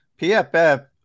PFF